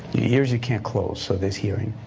your ears you can't close so there's hearing.